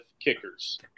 kickers